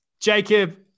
Jacob